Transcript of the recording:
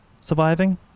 Surviving